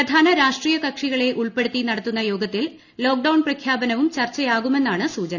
പ്രധാന രാഷ്ട്രീയ കക്ഷികളെ ഉൾപ്പെടുത്തി നടത്തുന്ന യോഗത്തിൽ ലോക്ഡൌൺ പ്രഖ്യാപനവും ചർച്ചയാകുമന്നാണ് സൂചന